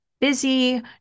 busy